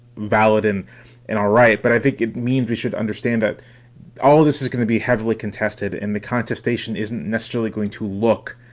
valid and all right. but i think it means we should understand that all this is going to be heavily contested in the contestation, isn't necessarily going to look,